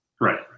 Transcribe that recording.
right